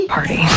Party